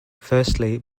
firstly